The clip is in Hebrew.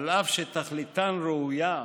אף שתכליתן ראויה,